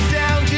down